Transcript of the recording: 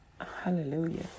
Hallelujah